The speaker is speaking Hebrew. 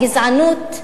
הגזענות,